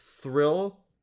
thrill